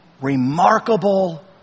remarkable